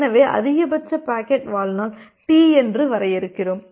எனவே அதிகபட்ச பாக்கெட் வாழ்நாள் டி என்று வரையறுக்கிறோம்